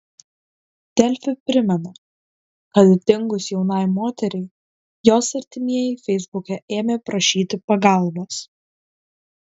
delfi primena kad dingus jaunai moteriai jos artimieji feisbuke ėmė prašyti pagalbos